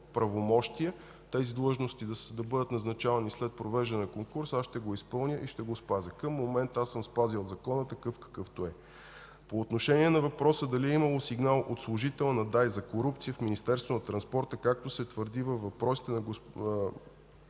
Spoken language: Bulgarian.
тези длъжности да бъдат назначавани след провеждане на конкурс, аз ще го изпълня и ще го спазя. Към момента аз съм спазил закона, какъвто е. По отношение на въпроса дали е имало сигнал от служител на ДАИ за корупция в Министерството на транспорта,